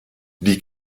die